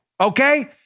Okay